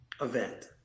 event